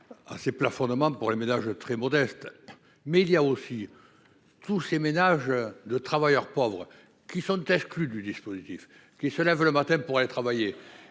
Assez plafonnement pour les ménages très modestes mais il y a aussi. Tous ces ménages de travailleurs pauvres qui sont exclus du dispositif qui se lève le matin pour aller travailler,